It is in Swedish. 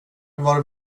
var